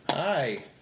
Hi